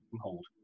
hold